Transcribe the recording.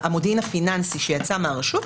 המודיעין הפיננסי שיצא מהרשות,